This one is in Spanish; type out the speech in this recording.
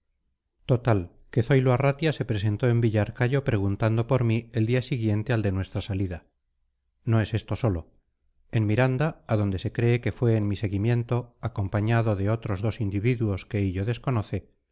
total que zoilo arratia se presentó en villarcayo preguntando por mí el día siguiente al de nuestra salida no es esto sólo en miranda a donde se cree que fue en mi seguimiento acompañado de otros dos individuos que hillo desconoce